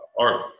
art